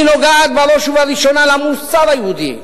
היא נוגעת בראש ובראשונה למוסר היהודי,